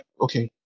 okay